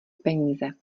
peníze